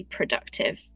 productive